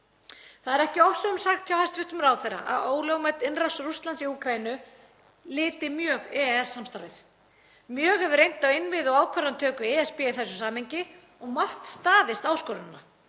Það er ekki ofsögum sagt hjá hæstv. ráðherra að ólögmæt innrás Rússlands í Úkraínu liti mjög EES samstarfið. Mjög hefur reynt á innviði og ákvarðanatöku ESB í þessu samhengi og margt staðist áskorunina.